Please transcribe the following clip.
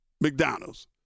McDonald's